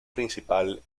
principal